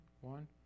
One